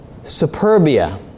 superbia